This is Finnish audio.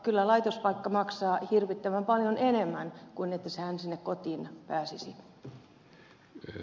kyllä laitospaikka maksaa hirvittävän paljon enemmän kuin se että hän sinne kotiin pääsisi